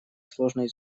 сложной